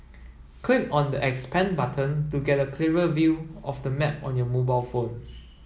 click on the 'expand' button to get a clearer view of the map on your mobile phone